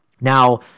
Now